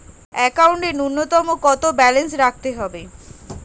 একাউন্টে নূন্যতম কত ব্যালেন্স রাখতে হবে?